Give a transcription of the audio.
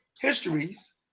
histories